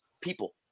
people